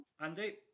Andy